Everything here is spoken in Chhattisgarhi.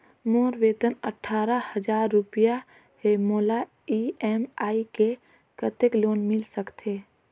मोर वेतन अट्ठारह हजार रुपिया हे मोला ई.एम.आई मे कतेक लोन मिल सकथे?